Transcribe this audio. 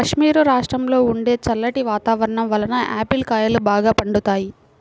కాశ్మీరు రాష్ట్రంలో ఉండే చల్లటి వాతావరణం వలన ఆపిల్ కాయలు బాగా పండుతాయి